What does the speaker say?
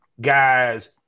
guys